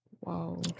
Wow